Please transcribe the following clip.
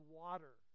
water